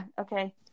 Okay